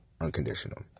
Unconditional